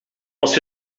als